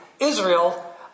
Israel